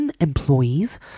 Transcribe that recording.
employees